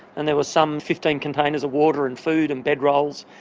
and there was some fifteen containers of water and food and bed rolls.